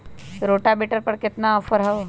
Rotavator पर केतना offer हव?